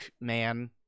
man